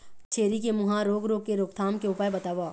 छेरी के मुहा रोग रोग के रोकथाम के उपाय बताव?